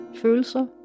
følelser